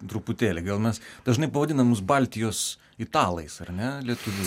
truputėlį gal mes dažnai pavadina mus baltijos italais ar ne lietuvių